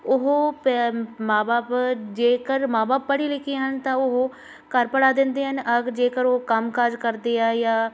ਉਹ ਪੇ ਮਾਂ ਬਾਪ ਜੇਕਰ ਮਾਂ ਬਾਪ ਪੜ੍ਹੇ ਲਿਖੇ ਹਨ ਤਾਂ ਉਹ ਘਰ ਪੜ੍ਹਾ ਦਿੰਦੇ ਹਨ ਜੇਕਰ ਉਹ ਕੰਮ ਕਾਜ ਕਰਦੇ ਆ ਜਾਂ